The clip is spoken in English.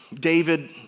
David